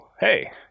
Hey